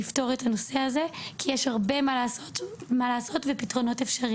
שננסה לפתור את הנושא הזה כי יש עוד הרבה מה לעשות ופתרונות אפשריים.